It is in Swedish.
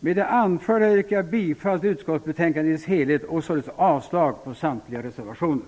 Med det anförda yrkar jag bifall till utskottets hemställan i dess helhet och således avslag på samtliga reservationer.